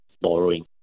borrowing